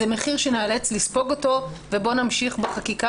זה מחיר שניאלץ לספוג אותו ובוא נמשיך בחקיקה